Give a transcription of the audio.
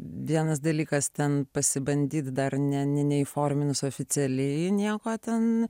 vienas dalykas ten pasibandyt dar ne neįforminus oficialiai nieko ten